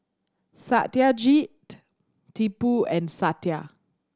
Satyajit Tipu and Satya